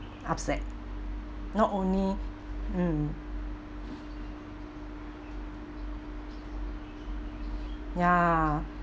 upset not only mm ya